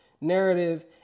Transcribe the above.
narrative